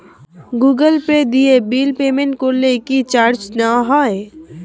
Google Pay দিয়ে bill payment করলে কি চার্জ নেওয়া হয়?